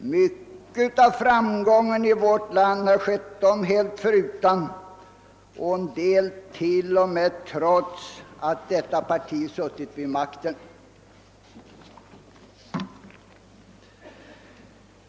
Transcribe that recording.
Mycket av framstegen i vårt land har kommit dem helt förutan, en del t.o.m. trots att detta parti suttit vid makten.